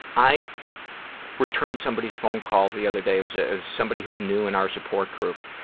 i returned somebody's phone call the other day, it was ah it was somebody who's new in our support group,